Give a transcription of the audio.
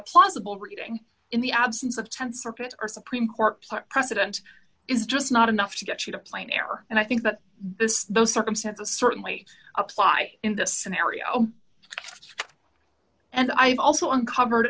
plausible reading in the absence of th circuit or supreme court precedent is just not enough to get you to plain error and i think that this those circumstances certainly apply in this scenario and i've also uncovered